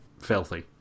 filthy